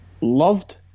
loved